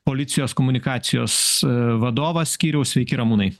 policijos komunikacijos vadovas skyriaus sveiki ramūnai